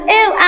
ew